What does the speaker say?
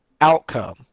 outcome